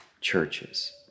churches